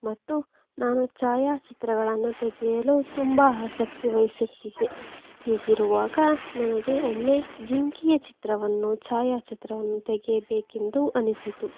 ಮತ್ತು ನಾನು ಛಾಯಾಚಿತ್ರಗಳನ್ನು ತೆಗೆಯಲು ತುಂಬ ಆಸಕ್ತಿ ವಹಿಸುತ್ತಿದ್ದೆ ಹೀಗಿರುವಾಗ ನನಗೆ ಒಮ್ಮೆ ಜಿಂಕೆಯ ಚಿತ್ರವನ್ನು ಛಾಯಾಚಿತ್ರವನ್ನು ತೆಗೆಯಬೇಕೆಂದು ಅನಿಸಿತು